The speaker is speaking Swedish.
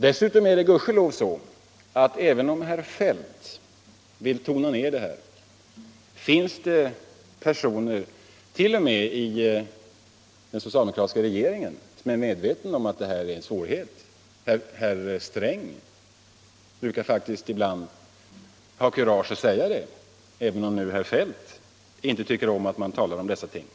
Dessutom är det gudskelov så att även om herr Feldt vill tona ner debatt och valutapolitisk debatt detta finns det personer t.o.m. i den socialdemokratiska regeringen som är medvetna om att det här med utlandsupplåningen är en svårighet. Herr Sträng brukar faktiskt ibland ha kurage att säga det, även om herr Feldt inte tycker om att man talar om dessa ting.